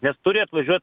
nes turi atvažiuot